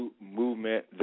movement